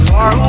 Far